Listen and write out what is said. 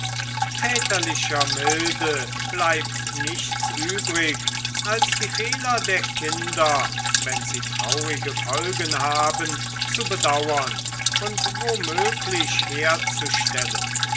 väterlicher milde bleibt nichts übrig als die fehler der kinder wenn sie traurige folgen haben zu bedauern und wo möglich herzustellen